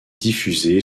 diffusée